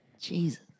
Jesus